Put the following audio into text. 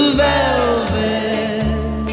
velvet